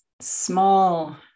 small